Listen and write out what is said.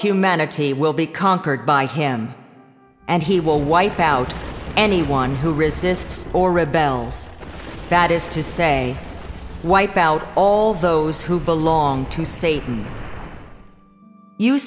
humanity will be conquered by him and he will wipe out anyone who resists or rebels that is to say wipe out all those who belong to sa